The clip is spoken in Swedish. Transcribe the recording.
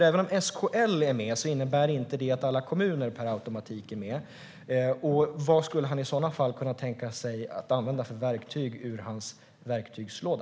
Att SKL är med innebär inte att alla kommuner per automatik är med. Vad kan han i så fall tänka sig att använda för verktyg i sin verktygslåda?